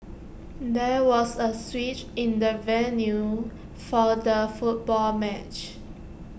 there was A switch in the venue for the football match